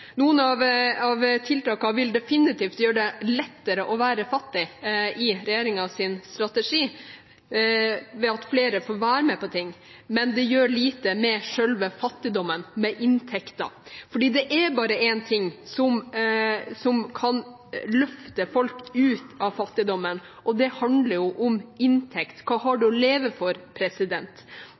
Noen av tiltakene i regjeringens strategi vil definitivt gjøre det lettere å være fattig ved at flere får være med på ting, men det gjør lite med selve fattigdommen, med inntekten, for det er bare én ting som kan løfte folk ut av fattigdommen, og det handler om inntekt; hva har du å leve